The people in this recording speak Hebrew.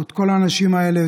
את כל האנשים האלה,